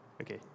okay